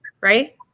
right